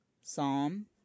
Psalm